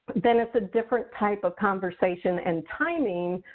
then it's a different type of conversation and timing,